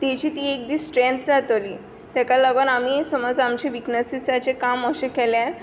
ताजी ती एक दीस स्थ्रेंथ जातली ताका लागून आमी समज आमचे विक्सी्सांचेर काम अशें केलें